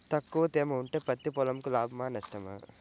తక్కువ తేమ ఉంటే పత్తి పొలంకు లాభమా? నష్టమా?